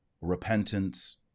repentance